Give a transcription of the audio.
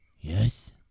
Yes